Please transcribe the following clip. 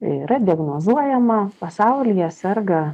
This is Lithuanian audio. yra diagnozuojama pasaulyje serga